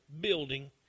building